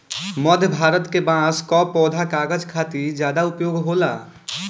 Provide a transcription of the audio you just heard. मध्य भारत के बांस कअ पौधा कागज खातिर ज्यादा उपयोग होला